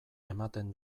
ematen